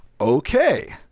Okay